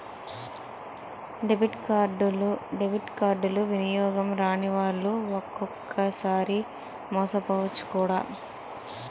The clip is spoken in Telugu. డెబిట్ కార్డులు వినియోగం రానివాళ్లు ఒక్కొక్కసారి మోసపోవచ్చు కూడా